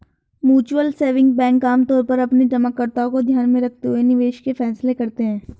mutual saving bank आमतौर पर अपने जमाकर्ताओं को ध्यान में रखते हुए निवेश के फैसले करते हैं